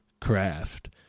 craft